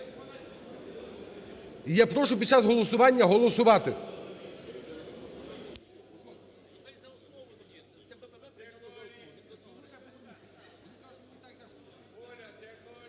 я прошу під час голосування голосувати.